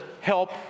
help